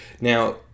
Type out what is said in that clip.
Now